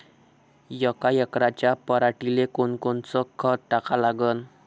यका एकराच्या पराटीले कोनकोनचं खत टाका लागन?